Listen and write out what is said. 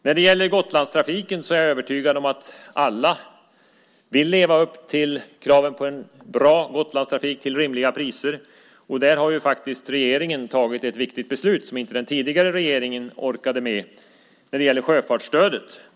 Jag är övertygad om att alla vill leva upp till kraven på en bra Gotlandstrafik till rimliga priser. Där har faktiskt regeringen fattat ett viktigt beslut som inte den tidigare regeringen orkade med när det gäller sjöfartsstödet.